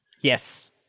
Yes